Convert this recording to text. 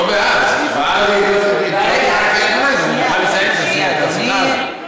לא "ואז" אני מוכן לסיים את השיחה הזאת.